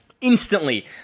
Instantly